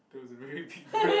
that was a very big breath